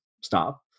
stop